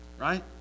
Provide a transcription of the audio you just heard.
right